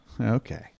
Okay